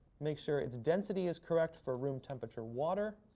make sure its density is correct for room temperature water,